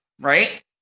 right